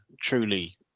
truly